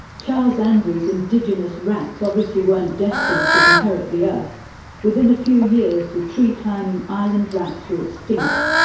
charles andrews' indigenous rats obviously weren't destined to inherit the earth within a few years the tree-climbing island rats were extinct.